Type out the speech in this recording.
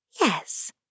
Yes